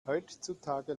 heutzutage